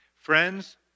Friends